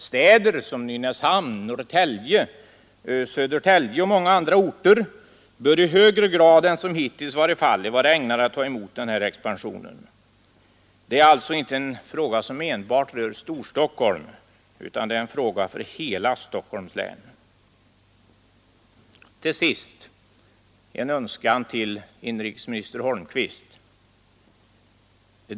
Städer som Nynäshamn, Norrtälje, Södertälje och många andra orter bör i högre grad än som hittills varit fallet anses ägnade att ta emot den här expansionen. Det är alltså inte enbart en fråga som rör Stockholm utan det är en fråga för hela Stockholms län. Till sist en önskan till inrikesministern Holmqvist!